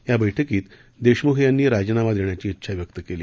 या बैठकीत देशम्ख यांनी राजीनामा देण्याची इच्छा व्यक्त केली